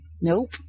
Nope